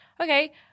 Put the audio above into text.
okay